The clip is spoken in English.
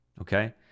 okay